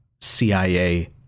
CIA